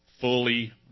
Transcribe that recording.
fully